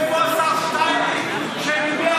איפה השר שטייניץ,